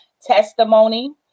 testimony